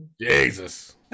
Jesus